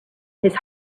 his